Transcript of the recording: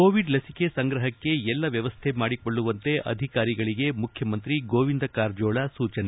Covid ಲಸಿಕೆ ಸಂಗ್ರಹಕ್ಕೆ ಎಲ್ಲಾ ವ್ಯವಸ್ಥೆ ಮಾಡಿಕೊಳ್ಳುವಂತೆ ಅಧಿಕಾರಿಗಳಿಗೆ ಉಪಮುಖ್ಯಮಂತ್ರಿ ಗೋವಿಂದ ಕಾರಜೋಳ ಸೂಚನೆ